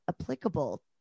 applicable